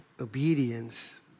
obedience